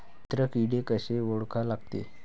मित्र किडे कशे ओळखा लागते?